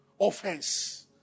Offense